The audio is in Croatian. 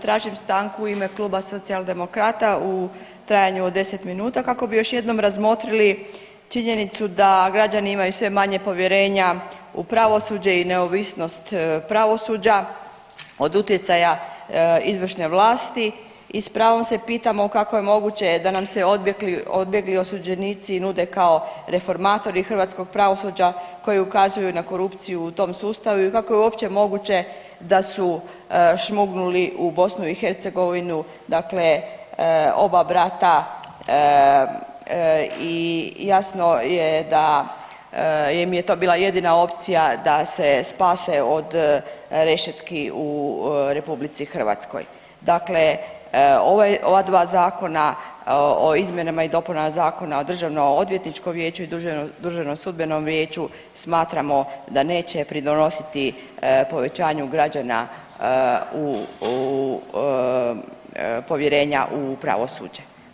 Tražim stanku u ime Kluba Socijaldemokrata u trajanju od 10 minuta kako bi još jednom razmotrili činjenicu da građani imaju sve manje povjerenja u pravosuđe i neovisnost pravosuđa od utjecaja izvršne vlasti i s pravom se pitamo kako je moguće da nam se odbjegli osuđenici nude kao reformatori hrvatskog pravosuđa koji ukazuju na korupciju u tom sustavu i kako je uopće moguće da su šmugnuli u BiH dakle oba brata i jasno je da im je to bila jedina opcija da se spase od rešetki u RH, dakle ova dva Zakona o izmjenama i dopunama Zakona o DOV i DSV smatramo da neće pridonositi povećanju građana u povjerenja u pravosuđe.